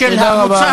של הקבוצה הזאת,